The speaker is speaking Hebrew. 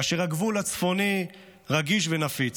כאשר הגבול הצפוני רגיש ונפיץ.